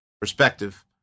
perspective